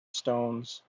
stones